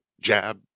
jab